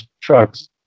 trucks